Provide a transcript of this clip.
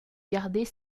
garder